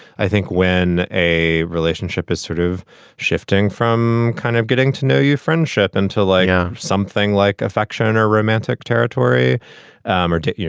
i think when a relationship is sort of shifting from kind of getting to know your friendship until like something like affection or romantic territory um or to, you